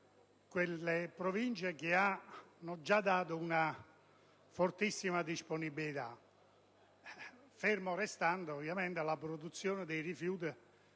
quelle Province che hanno già dato una fortissima disponibilità, ferma restando la produzione dei rifiuti